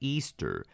Easter